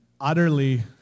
utterly